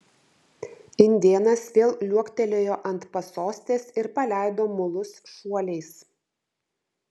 indėnas vėl liuoktelėjo ant pasostės ir paleido mulus šuoliais